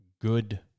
good